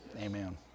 Amen